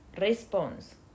response